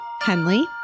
Henley